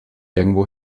irgendwo